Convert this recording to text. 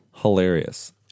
hilarious